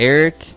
Eric